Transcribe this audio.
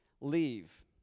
leave